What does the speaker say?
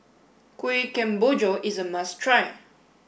Kuih Kemboja is a must try